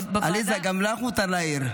עליזה, גם לך מותר להעיר.